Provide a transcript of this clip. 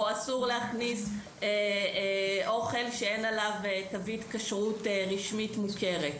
או אסור להכניס אוכל שאין עליו תווית כשרות רשמית מוכרת,